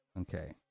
Okay